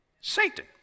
Satan